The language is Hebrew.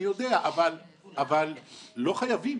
לא חייבים.